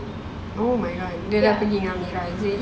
oh my god dia dah pergi dengan amira is it